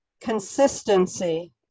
consistency